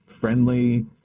friendly